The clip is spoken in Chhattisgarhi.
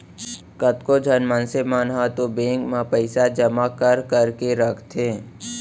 कतको झन मनसे मन ह तो बेंक म पइसा जमा कर करके रखथे